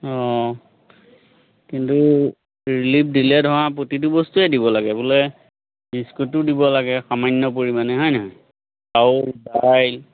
অঁ কিন্তু ৰিলিফ দিলে ধৰা প্ৰতিটো বস্তুৱেই দিব লাগে বোলে বিস্কুটো দিব লাগে সামান্য পৰিমাণে হয় নহয় চাউল দাইল